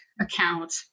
account